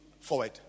forward